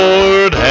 Lord